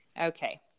Okay